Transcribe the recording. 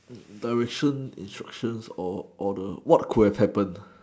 but with soon instruction or or the what could have happen